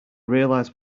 realize